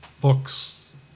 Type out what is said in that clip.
books